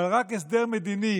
אבל רק הסדר מדיני,